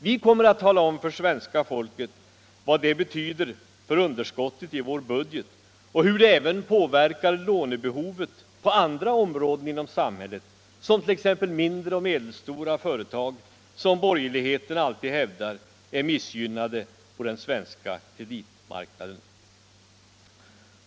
Vi kommer att tala om för svenska folket vad detta betyder för underskottet i vår budget och hur det även påverkar lånebehovet på andra områden inom samhället, t.ex. mindre och medelstora företag, som borgerligheten alltid hävdar är missgynnade på den svenska kreditmarknaden.